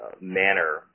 manner